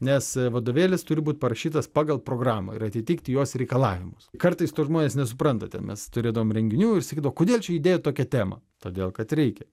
nes vadovėlis turi būti parašytas pagal programą ir atitikti jos reikalavimus kartais tuos žmones nesuprantate mes turėdavom renginių ir sakydavo kodėl čia idėja tokią temą todėl kad reikia